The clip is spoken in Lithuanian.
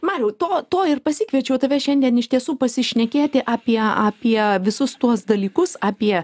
mariau to to ir pasikviečiau tave šiandien iš tiesų pasišnekėti apie apie visus tuos dalykus apie